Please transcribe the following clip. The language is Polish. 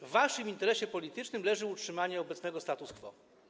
W waszym interesie politycznym leży utrzymanie obecnego status quo.